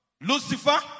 Lucifer